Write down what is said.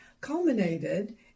culminated